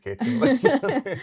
kitchen